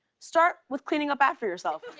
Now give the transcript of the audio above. start with cleaning up after yourself.